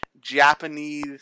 Japanese